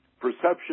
Perception